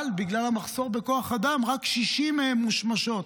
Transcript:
אבל, בגלל המחסור בכוח אדם, רק 60 מהן מושמשות.